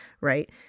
Right